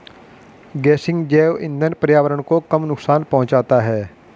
गेसिंग जैव इंधन पर्यावरण को कम नुकसान पहुंचाता है